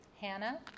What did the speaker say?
Hannah